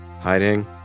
Hiding